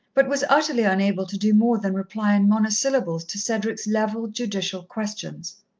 but was utterly unable to do more than reply in monosyllables to cedric's level, judicial questions.